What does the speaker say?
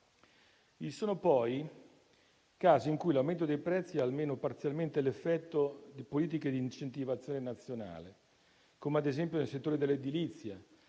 Vi sono poi casi in cui l'aumento dei prezzi è almeno parzialmente l'effetto di politiche di incentivazione nazionale, come - ad esempio - nel settore dell'edilizia,